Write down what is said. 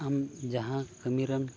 ᱟᱢ ᱡᱟᱦᱟᱸ ᱠᱟᱢᱤᱨᱮᱢ